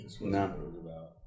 no